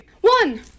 One